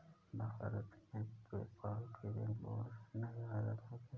भारत में, पेपाल के बेंगलुरु, चेन्नई और हैदराबाद में केंद्र हैं